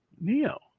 NEO